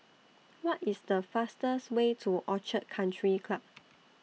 What IS The fastest Way to Orchid Country Club